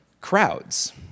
crowds